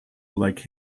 like